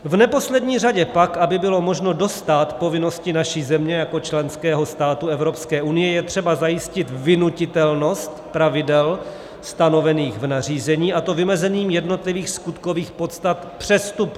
V neposlední řadě pak, aby bylo možno dostát povinnosti naší země jako členského státu Evropské unie, je třeba zajistit vynutitelnost pravidel stanovených v nařízení, a to vymezením jednotlivých skutkových podstat přestupků.